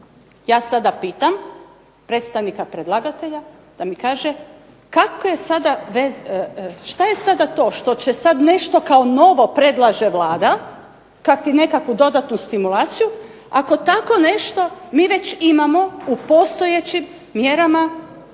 Ja sada pitam predstavnika predlagatelja, što je sada to što kao novo predlaže Vlada kada je nekakvu dodatnu stimulaciju, kada tko nešto mi već imamo u postojećim mjerama